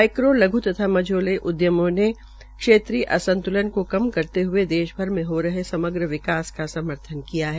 micro लघ् तथा मझौले उदयमों ने क्षेत्रीय असंत्रलन को कम करते हये देश भर में हो रहे समग्र विकास का समर्थन किया है